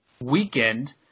weekend